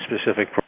specific